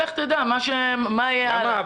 לך תדע מה יהיה הלאה.